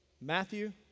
Matthew